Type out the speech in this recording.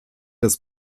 des